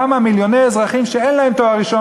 למה מיליוני אזרחים שאין להם תואר ראשון